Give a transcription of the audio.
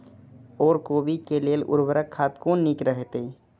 ओर कोबी के लेल उर्वरक खाद कोन नीक रहैत?